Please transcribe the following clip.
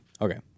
Okay